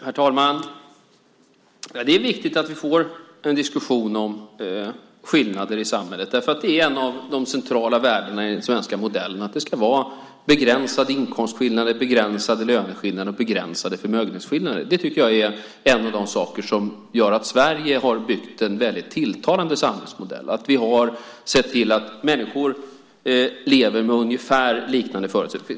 Herr talman! Det är viktigt att vi får en diskussion om skillnader i samhället. Det är ett av de centrala värdena i den svenska modellen att det ska vara begränsade inkomstskillnader, begränsade löneskillnader och begränsade förmögenhetsskillnader. Det tycker jag är en av de saker som gör att Sverige har byggt en väldigt tilltalande samhällsmodell. Vi har sett till att människor lever med ungefär liknande förutsättningar.